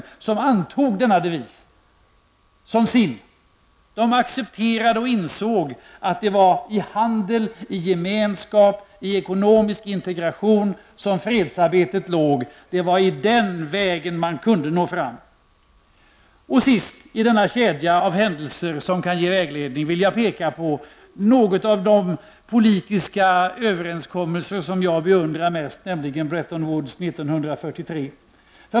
Hansan antog denna devis som sin och accepterade och insåg att det var i handel, i gemenskap och i ekonomisk integration som fredsarbetet låg. Det var på den vägen man kunde nå fram. Sist i denna kedja av händelser som kan ge vägledning vill jag peka på en av de politiska överenskommelser som jag beundrar mest, nämligen Bretton Woods-avtalet 1943.